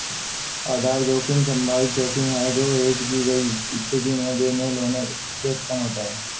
आधार जोखिम संभावित जोखिम है जो हेज की गई स्थिति में बेमेल होने से उत्पन्न होता है